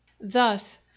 Thus